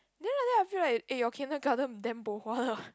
then after that I feel like eh your kindergarten damn bo hua